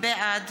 בעד